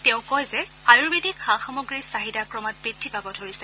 তেওঁ কয় যে আয়ুৰ্বেদিক সা সামগ্ৰীৰ চাহিদা ক্ৰমাৎ বৃদ্ধি পাব ধৰিছে